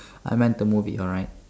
I meant the movie alright